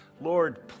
Lord